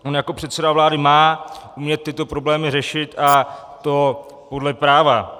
On jako předseda vlády má umět tyto problémy řešit, a to podle práva.